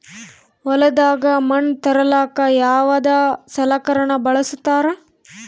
ಹೊಲದಾಗ ಮಣ್ ತರಲಾಕ ಯಾವದ ಸಲಕರಣ ಬಳಸತಾರ?